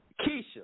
Keisha